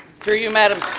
through you madam